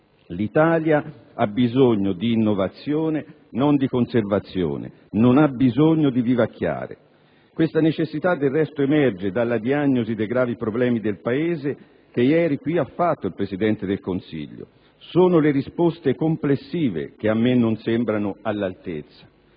L'Italia ha bisogno di innovazione, non di conservazione. Non ha bisogno di vivacchiare. Questa necessità, del resto, emerge dalla diagnosi dei gravi problemi del Paese che ieri qui ha fatto il Presidente del Consiglio; sono le risposte complessive che a me non sembrano all'altezza.